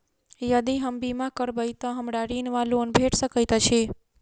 यदि हम बीमा करबै तऽ हमरा ऋण वा लोन भेट सकैत अछि?